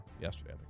yesterday